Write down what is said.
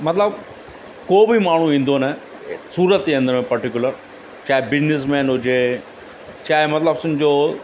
मतिलबु को बि माण्हू ईंदो न ए सूरत जे अंदरि पटिकुलर चाहे बिज़नैस मैन हुजे चाहे मतिलबु सम्झो